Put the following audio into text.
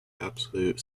absolute